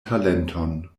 talenton